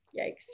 yikes